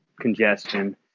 congestion